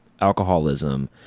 alcoholism